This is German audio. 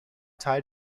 teil